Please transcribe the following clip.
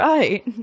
Right